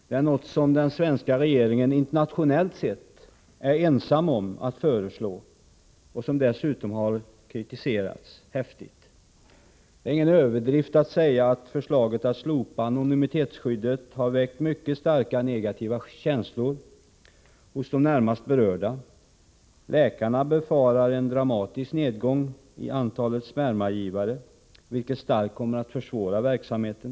Det är något som den svenska regeringen internationellt sett är ensam om att föreslå och som dessutom har kritiserats häftigt. Det är ingen överdrift att säga att förslaget om att slopa anonymitetsskyddet har väckt mycket starka negativa känslor hos de närmast berörda. Läkarna befarar en dramatisk nedgång i antalet spermagivare, vilket starkt kommer att försvåra verksamheten.